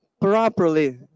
properly